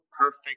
perfect